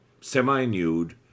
Semi-nude